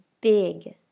big